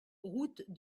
route